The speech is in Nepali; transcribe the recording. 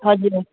हजुर